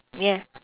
yeah